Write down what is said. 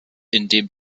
indem